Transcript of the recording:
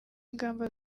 ingamba